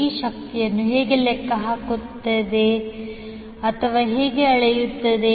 ಈ ಶಕ್ತಿಯನ್ನು ಹೇಗೆ ಲೆಕ್ಕ ಹಾಕುತ್ತದೆ ಅಥವಾ ಹೇಗೆ ಅಳೆಯುತ್ತದೆ